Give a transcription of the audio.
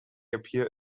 appear